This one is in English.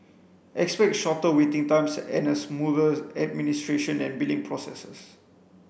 expect shorter waiting times and a smoother administration and billing processes